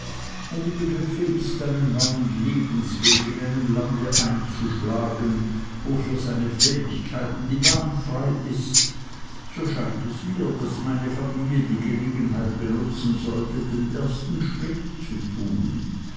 und im begriffe ist einen neuen lebensweg in einem lande einzuschlagen wo für seine fähigkeiten die bahn frei ist so scheint es mir daß meine familie die gelegenheit benutzen sollte den ersten schritt zu tun